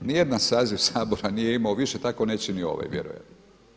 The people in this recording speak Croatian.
Ni jedan saziv Sabora nije imao više, tako neće ni ovaj, vjerujem.